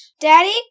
Daddy